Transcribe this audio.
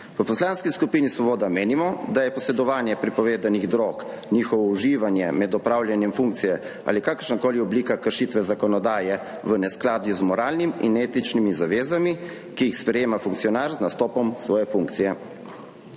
V Poslanski skupini Svoboda menimo, da je posedovanje prepovedanih drog, njihovo uživanje med opravljanjem funkcije ali kakršna koli oblika kršitve zakonodaje v neskladju z moralnimi in etičnimi zavezami, ki jih sprejema funkcionar z nastopom svoje funkcije.